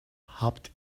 habt